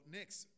next